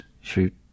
shoot